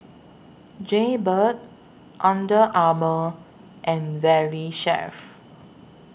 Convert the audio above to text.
Jaybird Under Armour and Valley Chef